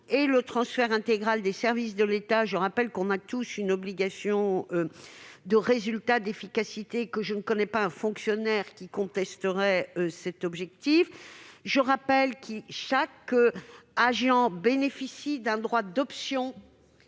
et le transfert intégral des services de l'État. Il y a là une obligation de résultat et d'efficacité- je ne connais pas un fonctionnaire qui contesterait cet objectif. Chaque agent bénéficie d'un droit d'option